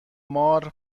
مار